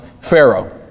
Pharaoh